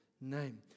name